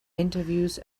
interviews